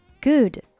good